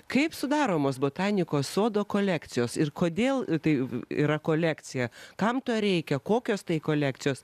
kaip sudaromos botanikos sodo kolekcijos ir kodėl tai yra kolekcija kam to reikia kokios tai kolekcijos